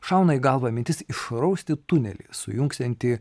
šauna į galvą mintis išrausti tunelį sujungsiantį